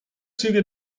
züge